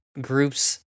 groups